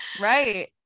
Right